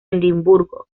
edimburgo